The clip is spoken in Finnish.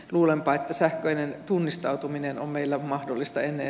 luulenpa että sähköinen tunnistautuminen on meillä mahdollista emme